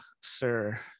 sir